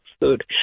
food